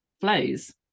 flows